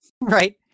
right